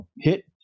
hit